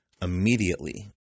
Immediately